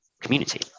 community